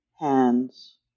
hands